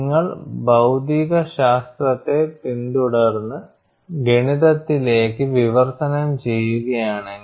നിങ്ങൾ ഭൌതികശാസ്ത്രത്തെ പിന്തുടർന്ന് ഗണിതത്തിലേക്ക് വിവർത്തനം ചെയ്യുകയാണെങ്കിൽ